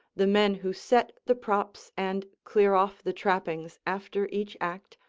the men who set the props and clear off the trappings after each act,